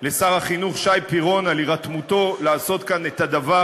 החינוך שי פירון על הירתמותו לעשות כאן את הדבר